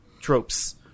tropes